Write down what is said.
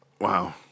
Wow